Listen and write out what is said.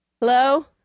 hello